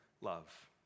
love